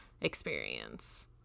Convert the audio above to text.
experience